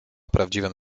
prawdziwym